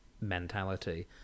mentality